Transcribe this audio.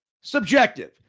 subjective